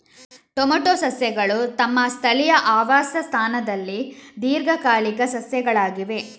tomato ಸಸ್ಯಗಳು ತಮ್ಮ ಸ್ಥಳೀಯ ಆವಾಸ ಸ್ಥಾನದಲ್ಲಿ ದೀರ್ಘಕಾಲಿಕ ಸಸ್ಯಗಳಾಗಿವೆ